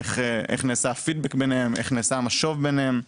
איך נעשה הפידבק ביניהם, איך נעשה המשוב ביניהם,